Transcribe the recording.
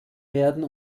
werden